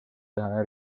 teha